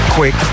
Quick